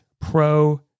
pro